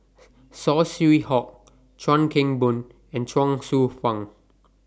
Saw Swee Hock Chuan Keng Boon and Chuang Hsueh Fang